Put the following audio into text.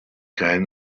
came